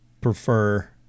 prefer